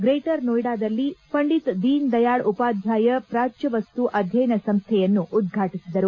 greater ನೋಯ್ಡಾದಲ್ಲಿ ಪಂಡಿತ್ ದೀನ್ ದಯಾಳ್ ಉಪಾಧ್ಲಾಯ ಪ್ರಾಚ್ಲವಸ್ತು ಅಧ್ಯಯನ ಸಂಸ್ಹೆಯನ್ನು ಉದ್ವಾಟಿಸಿದರು